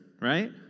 right